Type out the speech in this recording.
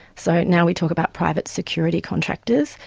so now we talk about private security contractors.